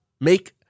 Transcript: Make